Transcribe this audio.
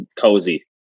cozy